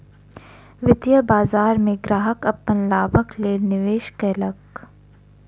वित्तीय बाजार में ग्राहक अपन लाभक लेल निवेश केलक